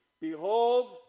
Behold